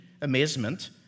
amazement